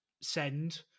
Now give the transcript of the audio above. send